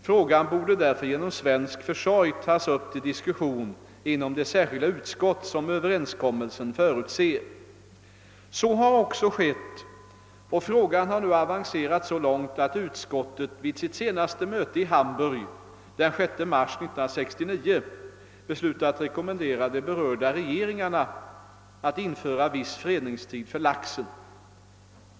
Frågan borde därför genom svensk försorg tas upp till diskussion inom det särskilda utskott som överenskommelsen förutser. Så har också skett, och frågan har nu avancerat så långt att utskottet vid sitt senaste möte i Hamburg den 6 mars 1969 beslutat rekommendera de berörda regeringarna att införa viss fredningstid för laxen.